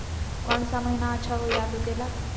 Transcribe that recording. कौन सा महीना अच्छा होइ आलू के ला?